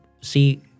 see